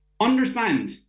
Understand